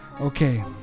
okay